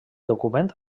document